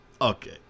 okay